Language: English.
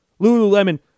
Lululemon